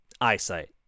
eyesight